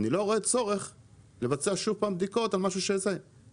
לגיטימי שהוועדה תיקח את הנושאים האלה בחשבון,